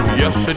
yes